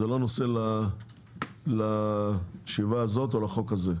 זה לא נושא לישיבה הזאת או לחוק הזה.